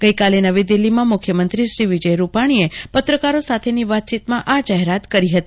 ગઈકાલે નવી દિલ્હીમાં મુખ્યમંત્રી શ્રી વિજય રૂપાણીએ પત્રકારો સાથેની વાતચીતમાં આ જોહરાત કરી હતી